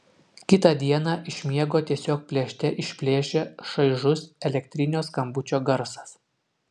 kitą dieną iš miego tiesiog plėšte išplėšia šaižus elektrinio skambučio garsas